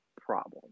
problem